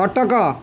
Cuttack